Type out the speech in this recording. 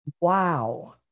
Wow